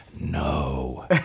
No